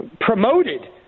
promoted